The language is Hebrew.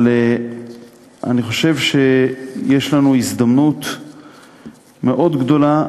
אבל אני חושב שיש לנו הזדמנות מאוד גדולה